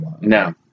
No